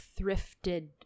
thrifted